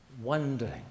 wondering